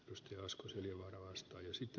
jos joskus ylivarovaista ja siitä